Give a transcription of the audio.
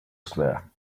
square